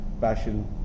passion